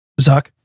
zuck